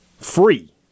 ...free